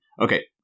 Okay